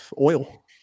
oil